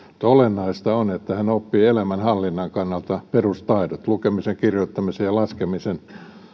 olennaista on että hän oppii elämänhallinnan kannalta perustaidot lukemisen kirjoittamisen ja laskemisen ja